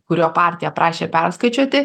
kurio partija prašė perskaičiuoti